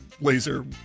laser